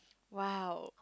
!wow!